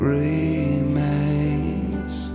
remains